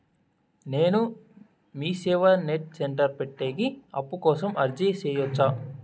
నేను MeeSeva net centre పెట్టేకి అప్పు కోసం అర్జీ సేయొచ్చా?